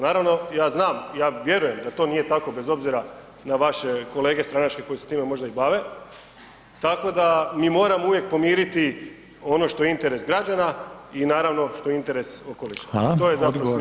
Naravno, ja znam, ja vjerujem da to nije tako bez obzira na vaše kolege stranačke koji se time možda i bave, tako da mi moramo uvijek pomiriti ono što je interes građana i naravno što je interes okoliša i to je glavni smisao svega.